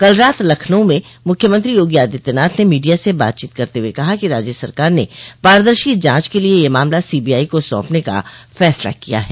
कल रात लखनऊ में मुख्यमंत्री योगी आदित्यनाथ ने मीडिया से बातचीत करते हुए कहा कि राज्य सरकार ने पारदर्शी जांच के लिए यह मामला सीबीआई को सौंपने का फसला किया है